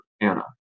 Anna